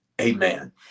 amen